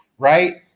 Right